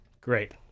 Great